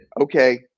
Okay